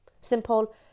Simple